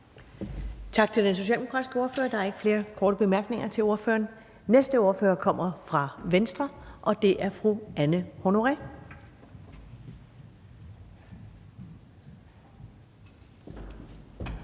Tak til den socialdemokratiske ordfører. Der er ikke flere korte bemærkninger til ordføreren. Den næste ordfører kommer fra Venstre, og det er fru Anne Honoré